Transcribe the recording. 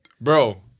bro